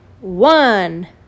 one